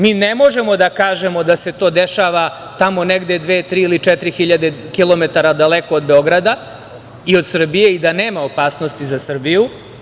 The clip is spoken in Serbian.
Mi ne možemo da kažemo da se to dešava tamo negde dve, tri ili četiri hiljade kilometara daleko od Beograda i od Srbije i da nema opasnosti za Srbiju.